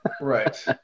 Right